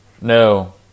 No